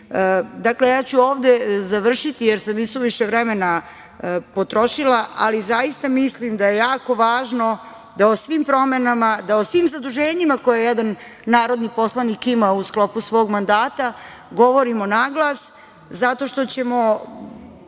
jednom. Dakle, ja ću ovde završiti jer sam isuviše vremena potrošila, ali zaista mislim da je jako važno da o svim promenama, da o svim zaduženjima koje jedan narodni poslanik ima u sklopu svog mandata govorimo naglas zato što ćemo…